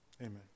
Amen